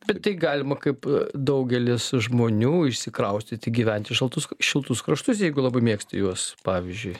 bet tai galima kaip daugelis žmonių išsikraustyti gyvent į šaltus šiltus kraštus jeigu labai mėgsti juos pavyzdžiui